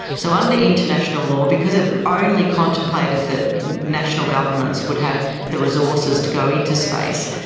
so under international law, because it only contemplated that national governments would have the resources to go into space,